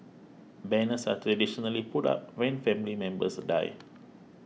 banners are traditionally put up when family members die